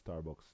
Starbucks